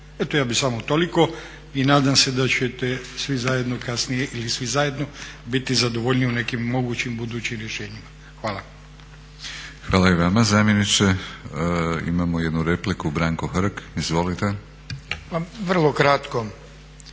Eto ja bih samo toliko i nadam se da ćete svi zajedno kasnije ili svi zajedno biti zadovoljniji u nekim mogućim budućim rješenjima. Hvala. **Batinić, Milorad (HNS)** Hvala i vama zamjeniče. Imamo jednu repliku, Branko Hrg. Izvolite. **Hrg, Branko